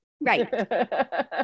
Right